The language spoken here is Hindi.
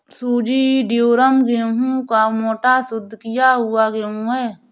सूजी ड्यूरम गेहूं का मोटा, शुद्ध किया हुआ गेहूं है